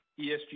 ESG